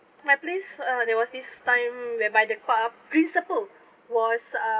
my place uh there was this time whereby the pa~ principal was uh